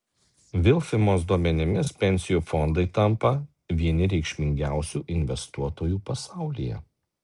vilfimos duomenimis pensijų fondai tampa vieni reikšmingiausių investuotojų pasaulyje